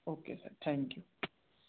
okay sir thank you